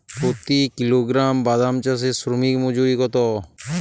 প্রতি কিলোগ্রাম বাদাম চাষে শ্রমিক মজুরি কত?